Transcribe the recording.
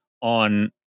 on